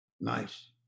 Nice